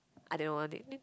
I don't want it